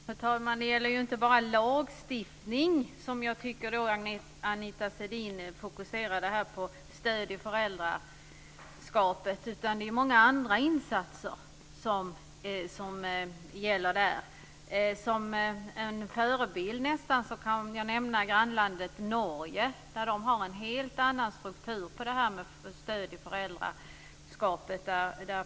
Fru talman! Det handlar inte bara om en lagstiftning, som jag tycker att Anita Sidén fokuserar på, när det gäller stöd i föräldraskapet. Det är många andra insatser som gäller. Jag kan nästan nämna grannlandet Norge som en förebild. Där har man en helt annan struktur på det här med stöd i föräldraskapet.